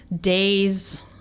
days